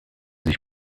sich